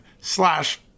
slash